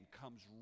comes